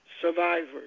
survivors